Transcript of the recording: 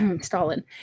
Stalin